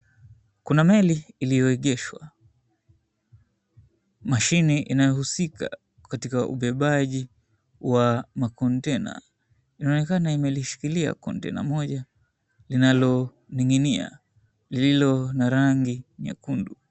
Kuna meli iliyoegeshwa, mashine inayohusika katika ubebaji wa makonteina inaonekana imelishikilia konteina moja linaloning'inia lililo na rangi nyekundu.